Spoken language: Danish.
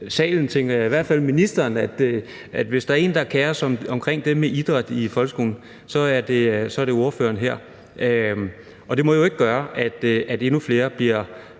salen – i hvert fald ministeren – at hvis der en, der kerer sig om det med idræt i folkeskolen, så er det ordføreren her. Og det her må jo ikke være sådan, at endnu flere bliver,